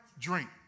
drink